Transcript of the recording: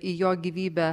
į jo gyvybę